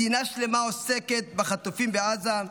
מדינה שלמה עוסקת בחטופים בעזה,